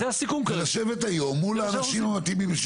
בלשבת היום מול האנשים מתאימים.